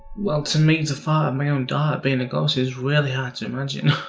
well to me the thought of my own daughter being a ghost is really hard to imagine.